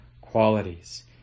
qualities